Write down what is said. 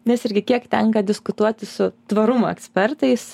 nes irgi kiek tenka diskutuoti su tvarumo ekspertais